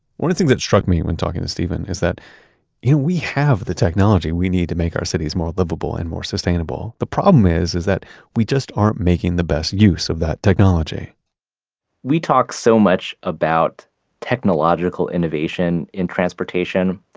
one of the things that struck me when talking to steven is that we have the technology we need to make our cities more livable and more sustainable, the problem is is that we just aren't making the best use of that technology we talk so much about technological innovation in transportation,